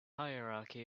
hierarchy